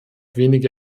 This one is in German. wenige